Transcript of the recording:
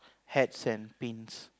hats and pins